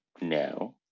no